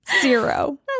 Zero